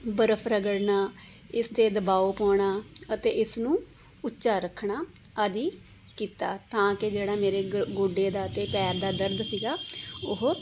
ਬਰਫ਼ ਰਗੜਨਾ ਇਸ 'ਤੇ ਦਬਾਓ ਪਾਉਣਾ ਅਤੇ ਇਸ ਨੂੰ ਉੱਚਾ ਰੱਖਣਾ ਆਦਿ ਕੀਤਾ ਤਾਂ ਕਿ ਜਿਹੜਾ ਮੇਰੇ ਗੋ ਗੋਡੇ ਦਾ ਅਤੇ ਪੈਰ ਦਾ ਦਰਦ ਸੀਗਾ ਉਹ